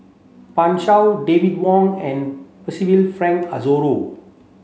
Pan Shou David Wong and Percival Frank Aroozoo